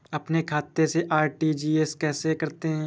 अपने खाते से आर.टी.जी.एस कैसे करते हैं?